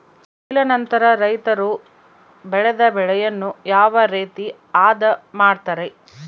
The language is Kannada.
ಕೊಯ್ಲು ನಂತರ ರೈತರು ಬೆಳೆದ ಬೆಳೆಯನ್ನು ಯಾವ ರೇತಿ ಆದ ಮಾಡ್ತಾರೆ?